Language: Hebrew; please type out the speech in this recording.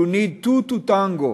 You need two to tango,